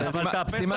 תדע